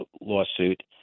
lawsuit